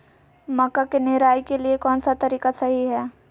मक्का के निराई के लिए कौन सा तरीका सही है?